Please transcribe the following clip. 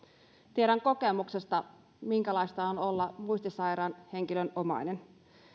tiedän kokemuksesta minkälaista on olla muistisairaan henkilön omainen